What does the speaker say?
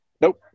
Nope